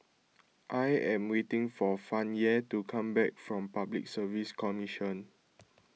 I am waiting for Fannye to come back from Public Service Commission